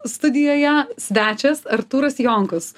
studijoje svečias artūras jonkus